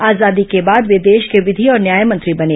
आजादी के बाद वे देश के विधि और न्यायमंत्री बने